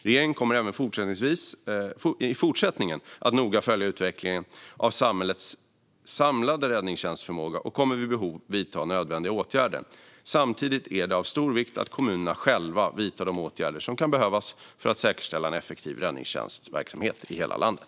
Regeringen kommer även i fortsättningen att noga följa utvecklingen av samhällets samlade räddningstjänstförmåga och kommer vid behov att vidta nödvändiga åtgärder. Samtidigt är det av stor vikt att kommunerna själva vidtar de åtgärder som kan behövas för att säkerställa en effektiv räddningstjänstverksamhet i hela landet.